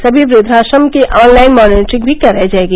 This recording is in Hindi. सभी वुद्वाश्रमो की ऑनलाइन मानिटरिंग भी की जायेगी